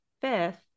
fifth